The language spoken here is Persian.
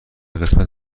قسمت